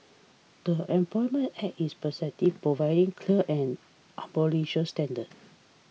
the Employment Act is prescriptive providing clear and unambiguous standards